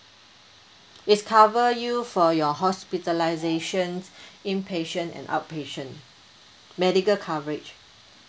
it's cover you for your hospitalisation inpatient an outpatient medical coverage